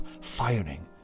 firing